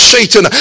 Satan